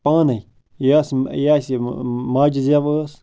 پانے یۄس یوس یہِ ماجہِ زیو ٲس